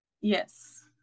Yes